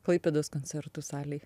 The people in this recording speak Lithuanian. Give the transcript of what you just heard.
klaipėdos koncertų salėj